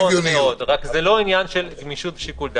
נכון מאוד, רק זה לא עניין של גמישות ושיקול דעת.